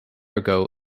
ago